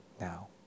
now